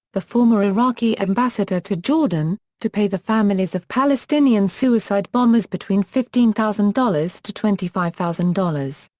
the former iraqi ambassador to jordan, to pay the families of palestinian suicide bombers between fifteen thousand dollars to twenty five thousand dollars.